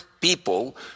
people